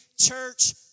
church